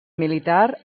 militar